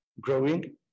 growing